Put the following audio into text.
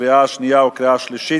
קריאה שנייה וקריאה שלישית.